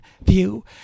view